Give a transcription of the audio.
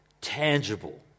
tangible